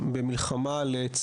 לצה"ל במלחמה.